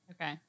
Okay